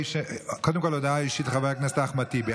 קודם כול, הודעה אישית לחבר הכנסת אחמד טיבי.